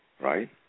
right